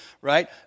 right